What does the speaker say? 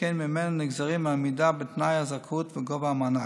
שכן ממנו נגזרים העמידה בתנאי הזכאות וגובה המענק.